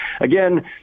again